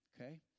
okay